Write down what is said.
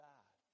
God